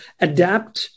adapt